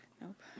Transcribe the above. Nope